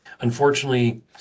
Unfortunately